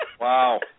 wow